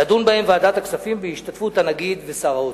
תדון בהם ועדת הכספים בהשתתפות הנגיד ושר האוצר.